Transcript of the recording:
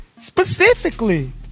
specifically